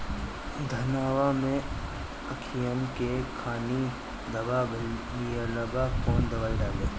धनवा मै अखियन के खानि धबा भयीलबा कौन दवाई डाले?